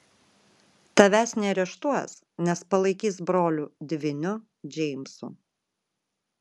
tavęs neareštuos nes palaikys broliu dvyniu džeimsu